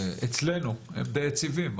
אצלנו הם די יציבים.